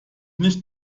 nicht